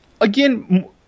again